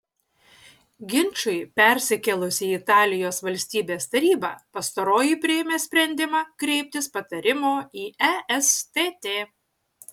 ginčui persikėlus į italijos valstybės tarybą pastaroji priėmė sprendimą kreiptis patarimo į estt